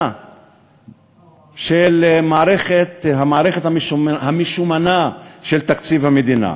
של המערכת המשומנה של תקציב המדינה,